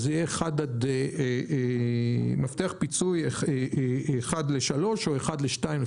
אז יהיה מפתח פיצוי אחד לשלוש או אחד לשתיים,